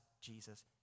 Jesus